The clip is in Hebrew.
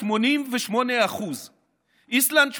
88%; איסלנד,